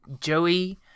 Joey